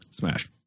smash